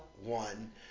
One